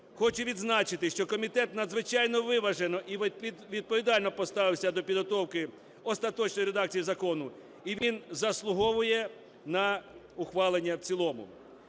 Хочу відзначити, що комітет надзвичайно виважено і відповідально поставився до підготовки остаточної редакції закону, і він заслуговує на ухвалення в цілому.